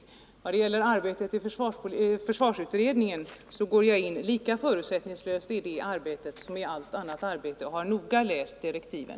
I vad gäller försvarsutredningen går jag in lika förutsättningslöst i det arbetet som i allt annat arbete och har noga läst direktiven.